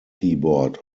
keyboard